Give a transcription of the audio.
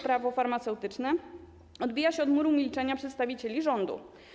Prawo farmaceutyczne odbija się od muru milczenia przedstawicieli rządu.